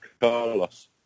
Carlos